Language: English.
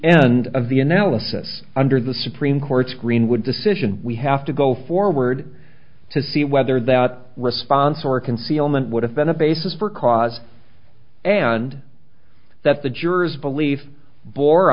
end of the analysis under the supreme court's greenwood decision we have to go forward to see whether that response or concealment would have been a basis for cause and that the jurors believe bore